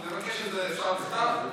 אני מבקש את זה, אפשר בכתב?